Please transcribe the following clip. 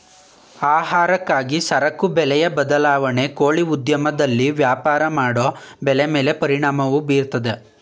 ಆಹಾರಕ್ಕಾಗಿ ಸರಕು ಬೆಲೆಯ ಬದಲಾವಣೆ ಕೋಳಿ ಉದ್ಯಮದಲ್ಲಿ ವ್ಯಾಪಾರ ಮಾಡೋ ಬೆಲೆ ಮೇಲೆ ಪರಿಣಾಮ ಬೀರ್ತದೆ